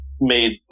made